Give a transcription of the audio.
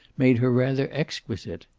made her rather exquisite.